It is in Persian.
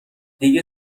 دیگه